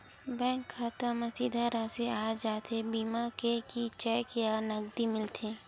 Bank खाता मा सीधा राशि आ जाथे बीमा के कि चेक या नकदी मिलथे?